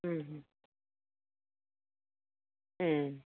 ഹ്